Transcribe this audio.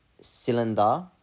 cylinder